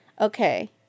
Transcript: Okay